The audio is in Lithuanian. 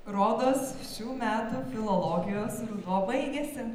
rodos šių metų filologijos ruduo baigėsi